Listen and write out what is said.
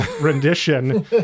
rendition